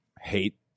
hate